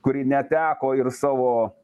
kuri neteko ir savo